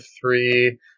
three